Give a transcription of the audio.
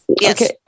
Yes